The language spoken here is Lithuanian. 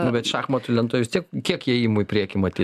bet šachmatų lentoj vis tiek kiek ėjimų į priekį matyt